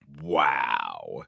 wow